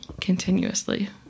continuously